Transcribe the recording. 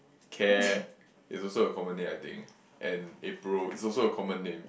care is also a common name I think and April is also a common name